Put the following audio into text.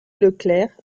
leclerc